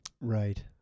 Right